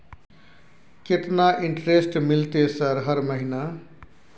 केतना इंटेरेस्ट मिलते सर हर महीना?